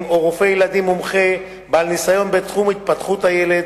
או רופא ילדים מומחה בעל ניסיון בתחום התפתחות הילד,